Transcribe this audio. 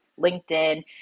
LinkedIn